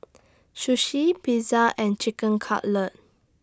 Sushi Pizza and Chicken Cutlet